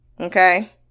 Okay